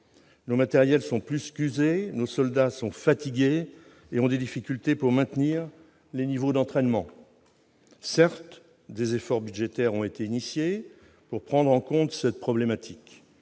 Nos matériels sont plus qu'usés, nos soldats sont fatigués et ont des difficultés à maintenir les niveaux d'entraînement. Certes, des efforts budgétaires ont été engagés pour prendre en compte cette problématique,